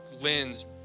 lens